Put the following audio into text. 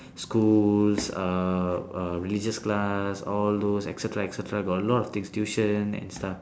schools uh uh religious class all those et cetera et cetera got a lot of things tuition and stuff